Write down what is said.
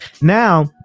now